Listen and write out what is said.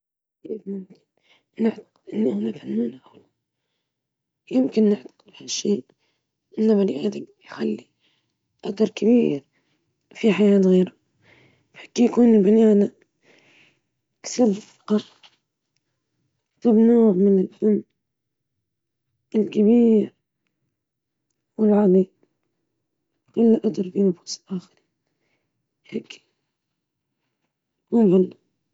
الأعمال الفنية الجيدة عادة ما تحتوي على عناصر تعبيرية وملامح فنية مميزة، سواء كان ذلك من حيث الموضوع، الشكل، أو الألوان، إذا استطاع العمل الفني.